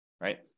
right